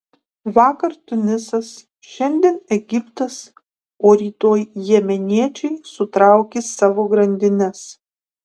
vakar tunisas šiandien egiptas o rytoj jemeniečiai sutraukys savo grandines